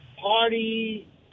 party